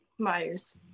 Myers